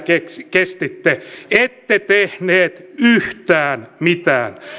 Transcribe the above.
kestitte ette tehneet yhtään mitään